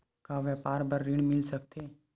का व्यापार बर ऋण मिल सकथे?